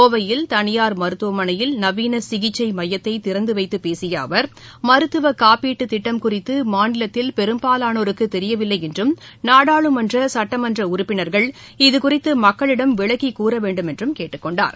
கோவையில் தனியார் மருத்துவமனையில் நவீன சிகிச்சை மையத்தை திறந்து வைத்து பேசிய அவர் மருத்துவ காப்பீட்டு திட்டம் குறித்து மாநிலத்தில் பெரும்பாலானோருக்கு தெரியவில்லை என்றும் நாடாளுமன்ற சட்டமன்ற உறுப்பினர்கள் இதுகுறித்து மக்களிடம் விளக்கி கூற வேண்டும் என்றும் கேட்டுக்கொண்டார்